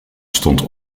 stond